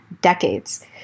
decades